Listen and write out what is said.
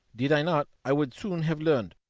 did i not, i would soon have learned,